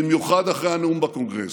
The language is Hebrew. במיוחד אחרי הנאום בקונגרס,